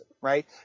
right